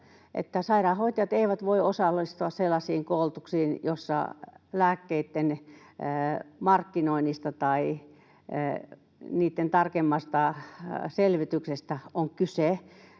sairaanhoitajat eivät voi osallistua sellaisiin koulutuksiin, joissa lääkkeitten markkinoinnista tai niitten tarkemmasta selvityksestä on kyse,